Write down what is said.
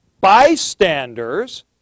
bystanders